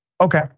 Okay